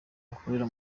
bakorera